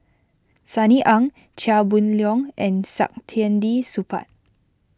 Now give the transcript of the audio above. Sunny Ang Chia Boon Leong and Saktiandi Supaat